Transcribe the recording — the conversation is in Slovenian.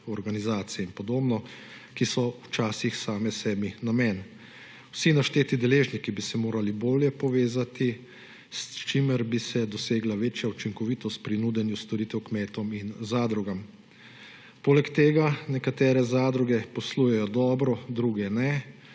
organizacije in podobno, ki so včasih same sebi namen. Vsi našteti deležniki bi se morali bolje povezati, s čimer bi se dosegla večja učinkovitost pri nudenju storitev kmetom in zadrugam. Poleg tega nekatere zadruge poslujejo dobro, druge ne,